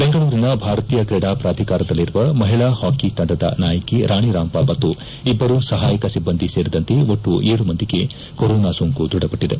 ಬೆಂಗಳೂರಿನ ಭಾರತೀಯ ಕ್ರೀಡಾ ಪ್ರಾಧಿಕಾರದಲ್ಲಿರುವ ಮಹಿಳಾ ಹಾಕಿ ತಂಡದ ನಾಯಕಿ ರಾಣಿ ರಾಂಪಾಲ್ ಮತ್ತು ಇಬ್ಬರು ಸಹಾಯಕ ಸಿಬ್ಬಂದಿ ಸೇರಿದಂತೆ ಒಟ್ಟು ಏಳು ಮಂದಿಗೆ ಕೊರೋನಾ ಸೋಂಕು ದೃಢಪಟ್ಟದೆ